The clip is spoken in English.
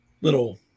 little